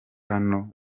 hano